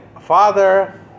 father